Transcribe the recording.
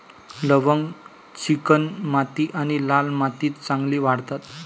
लवंग चिकणमाती आणि लाल मातीत चांगली वाढतात